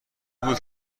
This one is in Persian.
بود